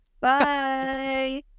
Bye